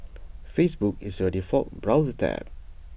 Facebook is your default browser tab